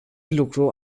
lucru